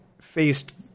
faced